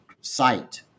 site